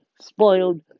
spoiled